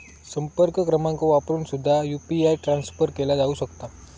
संपर्क क्रमांक वापरून सुद्धा यू.पी.आय ट्रान्सफर केला जाऊ शकता